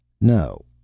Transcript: No